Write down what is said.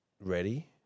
ready